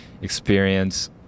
experience